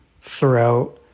throughout